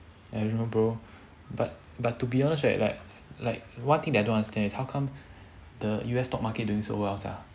I don't know bro but but to be honest right like like one thing that I don't understand is how come the U_S stock market doing so well sia